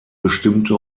bestimmte